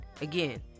again